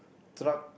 truck